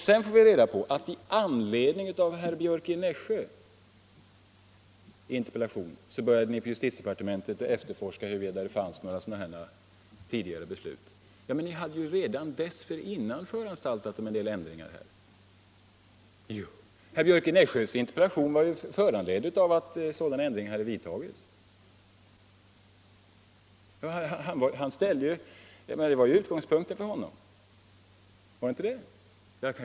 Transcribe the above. Sedan fick vi reda på att ni i justitiedepartementet i anledning av herr Björcks i Nässjö interpellation började efterforska huruvida det tidigare fanns några sådana beslut. Men redan dessförinnan hade ni ju föranstaltat om en del ändringar här! Herr Björcks i Nässjö interpellation var föranledd av att sådana ändringar hade vidtagits — det var ju utgångspunkten för interpellationen. Var det inte det?